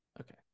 okay